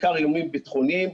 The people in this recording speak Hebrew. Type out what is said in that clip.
בעיקר איומים ביטחוניים,